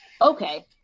Okay